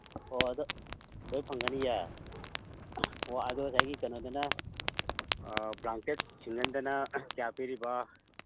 ꯑꯣ ꯑꯗ ꯂꯣꯏ ꯐꯪꯒꯅꯤꯌꯦ ꯑꯣ ꯑꯗꯨ ꯉꯁꯥꯏꯒꯤ ꯀꯩꯅꯣꯗꯨꯅ ꯕ꯭ꯂꯥꯡꯀꯦꯠ ꯁꯤꯡꯒꯜꯗꯅ ꯀꯌꯥ ꯄꯤꯔꯤꯕ